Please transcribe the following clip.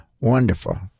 Wonderful